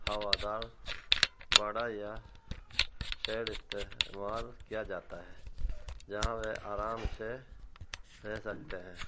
ہوا دار باڑا یا شیڈ استعمال کیا جاتا ہے جہاں وہ آرام سے رہ سکتے ہیں